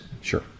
Sure